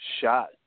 shot